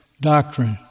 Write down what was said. doctrine